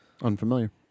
Unfamiliar